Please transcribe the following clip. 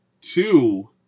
Two